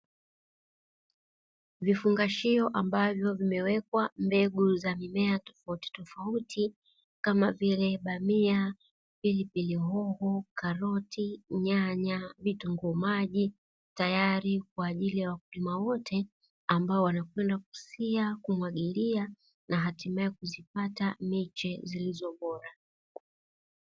Vifungashio ambavyo vimewekwa mbegu za mmea tofauti tofauti kama vile bamia, pilipili hoho, karoti, nyanya, vitunguu maji tayari kwa ajili ya kulima wote amba wanakwenda kusia, kumwagilia na hatime kupata meche zilizo bora.